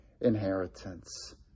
inheritance